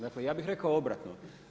Dakle, ja bi rekao obratno.